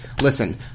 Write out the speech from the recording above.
Listen